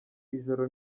ijoro